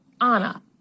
Anna